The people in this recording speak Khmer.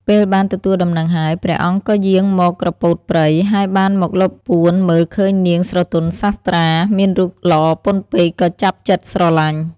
ពេលបានទទួលដំណឹងហើយ ព្រះអង្គក៏យាងមកក្រពោតព្រៃ ហើយបានមកលបពួនមើលឃើញនាងស្រទន់សាស្ត្រាមានរូបល្អពន់ពេកក៏ចាប់ចិត្តស្រលាញ់ ។